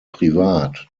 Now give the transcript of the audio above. privat